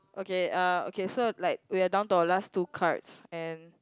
okay uh okay so like we're down to our last two cards and